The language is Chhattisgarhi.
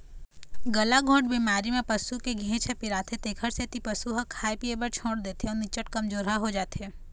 गलाघोंट बेमारी म पसू के घेंच ह पिराथे तेखर सेती पशु ह खाए पिए बर छोड़ देथे अउ निच्चट कमजोरहा हो जाथे